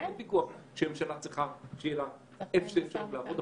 אין ויכוח שהממשלה צריכה שתהיה לה אפשרות לעבוד,